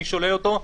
מי שולל אותו?